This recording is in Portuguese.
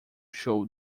show